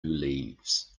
leaves